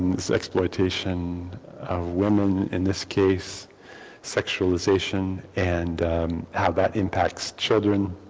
this exploitation women in this case sexualization and how that impacts children.